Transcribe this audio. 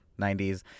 90s